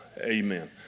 Amen